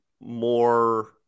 more